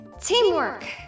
teamwork